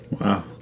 Wow